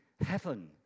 heaven